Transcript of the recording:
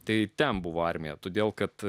tai ten buvo armiją todėl kad